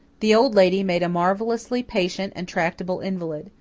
the old lady made a marvellously patient and tractable invalid.